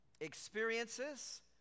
Experiences